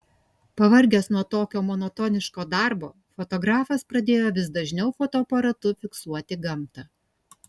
pavargęs nuo tokio monotoniško darbo fotografas pradėjo vis dažniau fotoaparatu fiksuoti gamtą